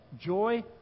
Joy